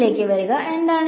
FEM എന്താണ്